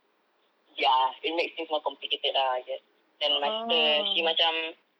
ya it makes things more complicated ah I guess then my sister she macam